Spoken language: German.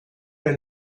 der